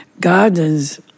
gardens